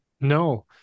No